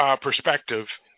perspective